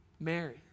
Mary